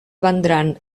vendran